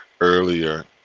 earlier